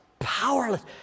powerless